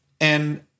And-